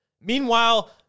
Meanwhile